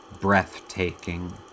breathtaking